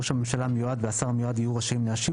ראש הממשלה המיועד והשר המיועד יהיו רשאים להשיב